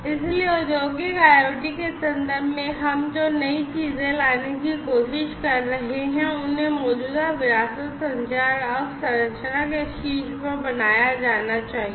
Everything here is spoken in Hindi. इसलिए औद्योगिक IoT के संदर्भ में हम जो नई चीजें लाने की कोशिश कर रहे हैं उन्हें मौजूदा विरासत संचार अवसंरचना के शीर्ष पर बनाया जाना चाहिए